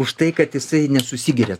už tai kad jisai nesusigeria